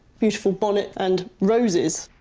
beautiful bonnet and roses.